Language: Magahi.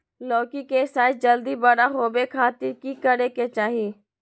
लौकी के साइज जल्दी बड़ा होबे खातिर की करे के चाही?